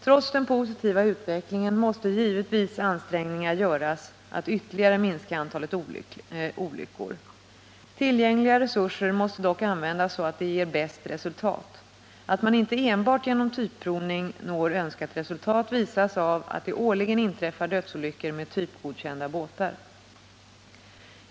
Trots den positiva utvecklingen måste givetvis ansträngningar göras att ytterligare minska antalet olyckor. Tillgängliga resurser måste dock användas så att de ger bästa resultat. Att man inte enbart genom typprovning når önskat resultat visas av att det årligen inträffar dödsolyckor med typgodkända båtar.